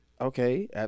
Okay